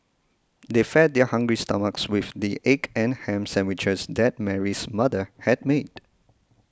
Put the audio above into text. they fed their hungry stomachs with the egg and ham sandwiches that Mary's mother had made